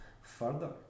further